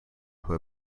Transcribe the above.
who